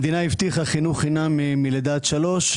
המדינה הבטיחה חינוך חינם מלידה עד שלוש.